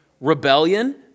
rebellion